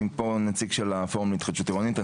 אני פה נציג של הפורום להתחדשות עירונית.